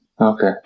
Okay